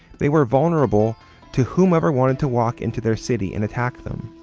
they were vulnerable to whomever wanted to walk into their city and attack them.